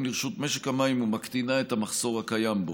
לרשות משק המים ומקטינה את המחסור הקיים בו.